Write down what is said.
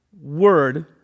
word